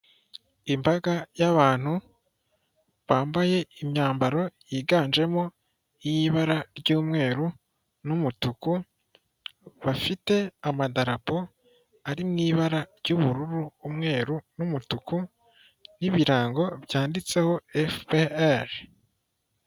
Imbaga y'abantu bambaye imyambaro yiganjemo y'ibara ry'umweru n'umutuku bafite amadarapo ari mu ibara ry'ubururu, umweru n'umutuku, n'ibirango byanditseho FPR.